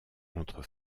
entre